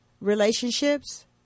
relationships